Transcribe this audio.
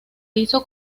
hizo